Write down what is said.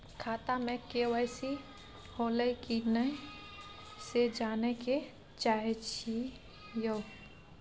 खाता में के.वाई.सी होलै की नय से जानय के चाहेछि यो?